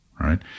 right